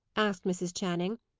asked mrs. channing.